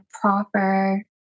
proper